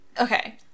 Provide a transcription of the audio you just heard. okay